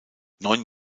neun